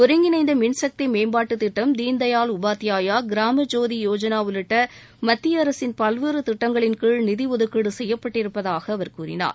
ஒருங்கிணைந்த மின் சக்தி மேம்பாட்டு திட்டம் தீன்தயாள் உபாத்யாயா கிராம ஜோதி யோஜனா உள்ளிட்ட மத்திய அரசின் பல்வேறு திட்டங்களின் கீழ் நிதி ஒதுக்கீடு செய்யப்பட்டிருப்பதாக அவர் கூறினார்